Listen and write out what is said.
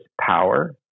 power